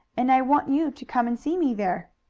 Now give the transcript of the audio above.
and i want you to come and see me there.